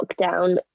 lockdown